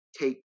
take